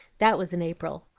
that was in april.